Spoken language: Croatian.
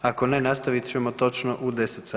Ako ne, nastavit ćemo točno u 10